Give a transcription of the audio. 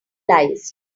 lice